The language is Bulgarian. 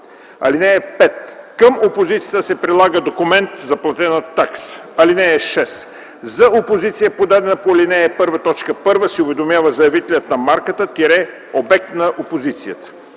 (5) Към опозицията се прилага документ за платена такса. (6) За опозиция, подадена по ал. 1, т. 1, се уведомява заявителят на марката – обект на опозицията.